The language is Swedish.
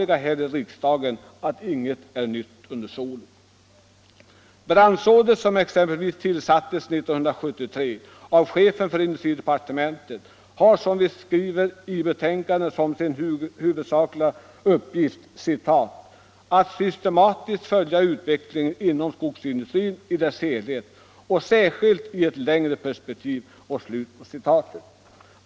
Det är det gamla vanliga här i riksdagen, att inget är nytt under solen. Exempelvis branschrådet, som tillsattes 1973 av chefen för industridepartementet, har, som vi skriver i betänkandet, till sin huvudsakliga uppgift ”att systematiskt följa utvecklingen inom skogsindustrin i dess helhet och då särskilt i ett längre tidsperspektiv”.